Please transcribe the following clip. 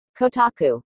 Kotaku